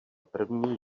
první